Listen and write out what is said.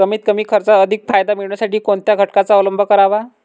कमीत कमी खर्चात अधिक फायदा मिळविण्यासाठी कोणत्या घटकांचा अवलंब करावा?